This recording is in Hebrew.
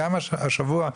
גם השבוע,